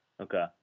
Okay